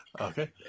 Okay